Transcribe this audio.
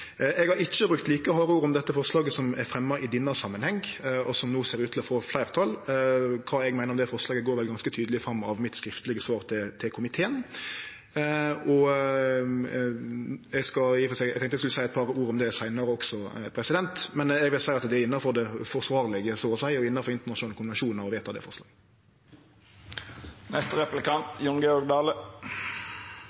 eg det var all grunn til å kritisere. Eg har ikkje brukt like harde ord om det forslaget som er fremja i denne samanhengen, og som no ser ut til å få fleirtal. Kva eg meiner om det forslaget, går vel ganske tydeleg fram av mitt skriftlege svar til komiteen. Eg tenkte eg skulle seie eit par ord om det seinare også, men eg vil seie at det er innanfor det forsvarlege og innanfor internasjonale konvensjonar å vedta det